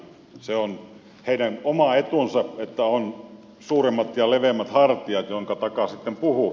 se on heidän oma etunsa että on suuremmat ja leveämmät hartiat joiden takaa sitten puhuu